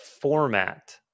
format